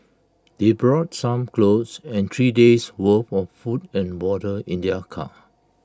they brought some clothes and three days' worth of food and water in their car